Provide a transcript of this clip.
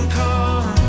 come